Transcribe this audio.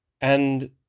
And